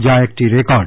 যা একটি রেকর্ড